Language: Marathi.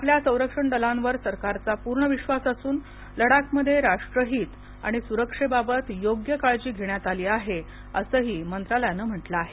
आपल्या संरक्षण दलांवर सरकारचा पूर्ण विश्वास असून लडाखमध्ये राष्ट्रहित आणि सुरक्षेबाबत योग्य काळजी घेण्यात आली आहे असंही मंत्रालयानं म्हटलं आहे